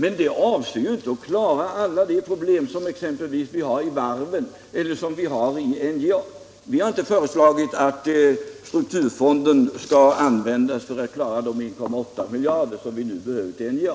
Men fonden är inte avsedd att klara alla problem, exempelvis dem vid varven eller dem vid NJA. Vi har inte föreslagit att strukturfonden skall användas för att klara de 1,8 miljarder som vi nu för över till NJA.